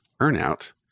earnout